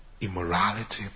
Immorality